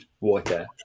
water